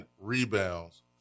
rebounds